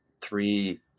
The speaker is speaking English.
three